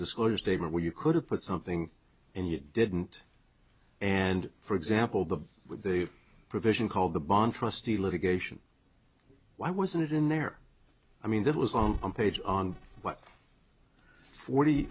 disclosure statement where you could have put something and you didn't and for example the with the provision called the bond frosty litigation why wasn't it in there i mean that was on one page on what forty